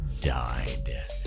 died